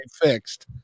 fixed